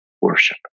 worship